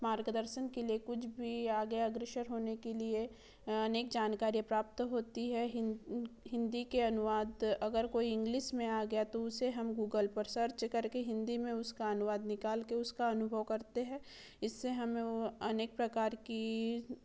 मार्गदर्शन के लिए कुछ भी आगे अग्रसर होने के लिए अनेक जानकारी प्राप्त होती है हिंद हिंदी के अनुवाद अगर कोई इंग्लिश में आ गया तो उसे हम गूगल पर सर्च करके हिंदी में उसका अनुवाद निकाल के उसका अनुभव करते हैं इससे हमें वह अनेक प्रकार की